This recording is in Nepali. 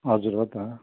हजुर हो त